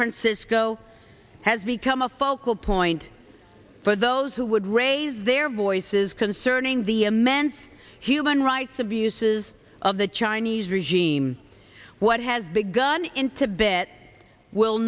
francisco has become a focal point for those who would raise their voices concerning the immense human rights abuses of the chinese regime what has begun in to bet will